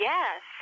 Yes